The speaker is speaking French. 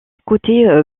côté